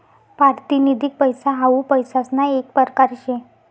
पारतिनिधिक पैसा हाऊ पैसासना येक परकार शे